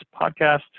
podcast